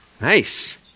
Nice